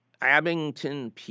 Abington